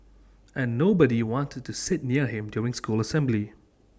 and nobody wanted to sit near him during school assembly